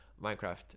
Minecraft